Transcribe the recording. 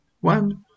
one